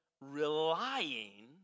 relying